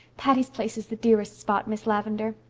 patty's place is the dearest spot, miss lavendar.